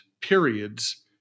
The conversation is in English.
periods